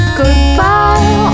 goodbye